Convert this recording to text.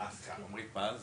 עומרי פז,